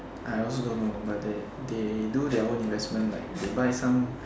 I also don't know but they they do their own investment like they buy some